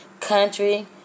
country